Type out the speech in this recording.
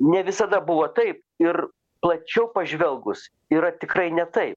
ne visada buvo taip ir plačiau pažvelgus yra tikrai ne taip